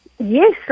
Yes